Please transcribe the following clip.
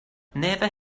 never